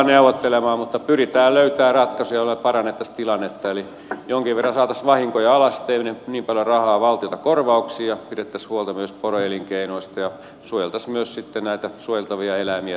mutta pyritään löytämään ratkaisu jolla parannettaisiin tilannetta eli jonkin verran saataisiin vahinkoja alas ettei menisi niin paljon rahaa valtiolta korvauksiin ja pidettäisiin huolta myös poroelinkeinosta ja suojeltaisiin myös sitten näitä suojeltavia eläimiä sopivassa määrin